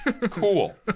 Cool